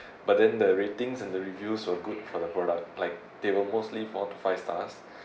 but then the ratings and the reviews were good for the product like they were mostly four to five stars